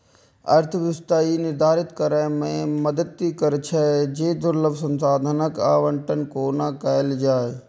अर्थव्यवस्था ई निर्धारित करै मे मदति करै छै, जे दुर्लभ संसाधनक आवंटन कोना कैल जाए